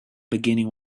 beginning